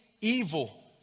evil